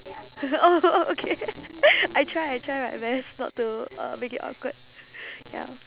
oh oh okay I try I try my best not to uh make it awkward ya